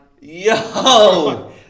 Yo